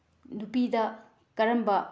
ꯅꯨꯄꯤꯗ ꯀꯔꯝꯕ